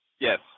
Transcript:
Yes